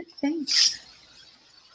thanks